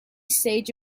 stage